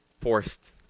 forced